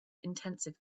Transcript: intensive